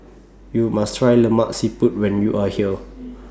YOU must Try Lemak Siput when YOU Are here